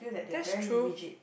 that's true